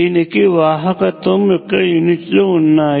దీనికి వాహకత్వము యొక్క యూనిట్ లు ఉన్నాయి